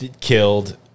killed